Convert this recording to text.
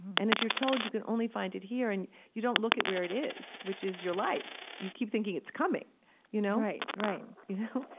and if you're told you can only find it here and you don't look at where it is, which is your life, you keep thinking it's coming you know right, right you know?